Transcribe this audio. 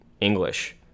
English